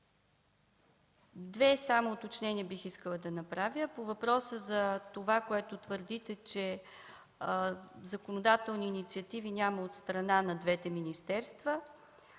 две уточнения бих искала да направя. По въпроса за това, което твърдите, че няма законодателни инициативи от страна на двете министерства,